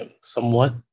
somewhat